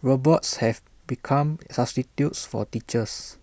robots have become substitutes for teachers